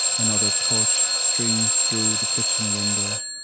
another torch streams through the kitchen window,